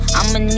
I'ma